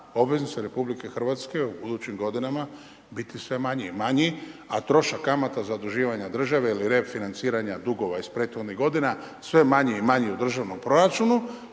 obveznice RH u budućim godinama biti sve manji i manji, a trošak kamata, zaduživanja države ili refinanciranja dugova iz prethodnih godina sve manji i manji u državnom proračunu,